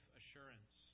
assurance